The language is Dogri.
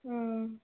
हां